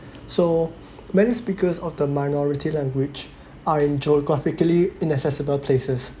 so many speakers of the minority language are in geographically inaccessible places